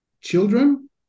children